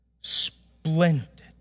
splendid